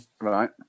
Right